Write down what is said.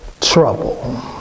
trouble